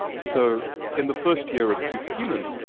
so in the first year of superhuman,